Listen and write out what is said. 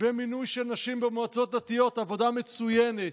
במינוי של נשים במועצות דתיות, עבודה מצוינת.